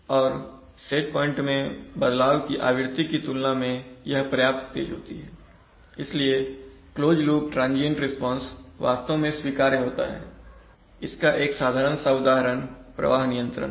और set point में बदलाव की आवृत्ति की तुलना में यह पर्याप्त तेज होती है इसलिए क्लोज लूप ट्रांजियंट रिस्पांस वास्तव में स्वीकार्य होता है इसका एक साधारण सा उदाहरण प्रवाह नियंत्रण है